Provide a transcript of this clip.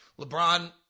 LeBron